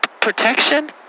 protection